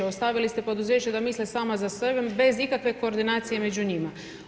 Ostavili ste poduzeće da misle samo za sebe, bez ikakve koordinacija među njima.